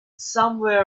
somewhere